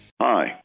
Hi